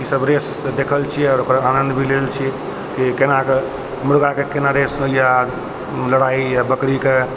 ई सब रेस तऽ देखल छियै आओर ओकरा आनन्द भी लेले छियै कि कोना कऽ मुर्गा के कोना रेस होइ यऽ लड़ाइ या बकरी कऽ